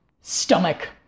stomach